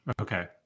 Okay